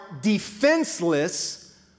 defenseless